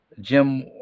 Jim